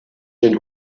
den